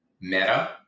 meta